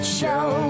Show